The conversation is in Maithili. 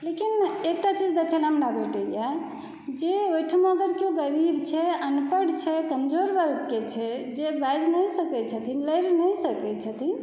लेकिन एकटा चीज देखै लए हमरा भेटैए जे ओहिठाम अगर किओ गरीब अनपढ़ फैमिली छै कमजोर वर्गके छै जे बाजि नहि सकै छथिन लड़ि नहि सकै छथिन